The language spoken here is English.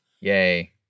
Yay